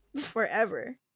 forever